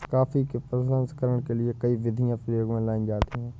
coffee के प्रसंस्करण के लिए कई विधियां प्रयोग में लाई जाती हैं